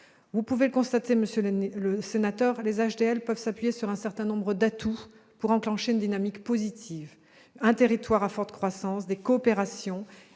vous pouvez le constater, monsieur le sénateur, les Hôpitaux du Léman peuvent s'appuyer sur un certain nombre d'atouts pour enclencher une dynamique positive : un territoire à forte croissance démographique,